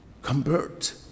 convert